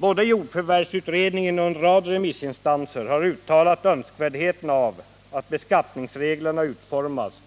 Både jordförvärvsutredningen och en rad remissinstanser har uttalat önskvärdheten av att beskattningsreglerna utformas